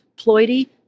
ploidy